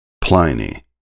Pliny